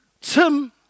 Tim